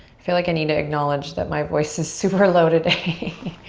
feel like i need to acknowledge that my voice is super low today.